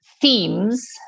themes